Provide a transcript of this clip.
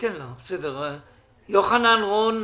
את זה או להשאיר את זה במשרד האוצר בשלב הזה?